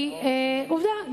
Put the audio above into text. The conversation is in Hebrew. כי עובדה,